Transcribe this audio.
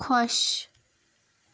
خۄش